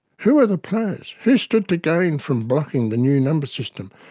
who were the players? who stood to gain from blocking the new number system?